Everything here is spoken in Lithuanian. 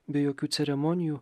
be jokių ceremonijų